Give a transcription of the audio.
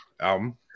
album